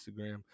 Instagram